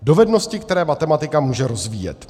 Dovednosti, které matematika může rozvíjet.